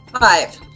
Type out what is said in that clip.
Five